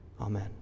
amen